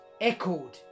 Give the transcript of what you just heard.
echoed